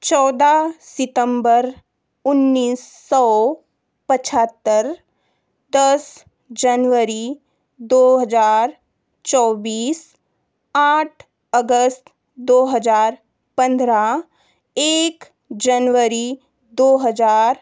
चौदह सितम्बर उन्नीस सौ पचहत्तर दस जनवरी दो हज़ार चौबीस आठ अगस्त दो हज़ार पन्द्रह एक जनवरी दो हज़ार